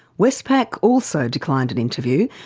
westpac also declined an interview,